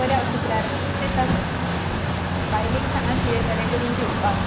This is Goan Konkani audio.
बरें हांव शुक्रारात येता तर बायलेक सांगात किदें बरें करून थेवपाक